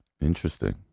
interesting